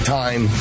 time